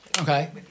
Okay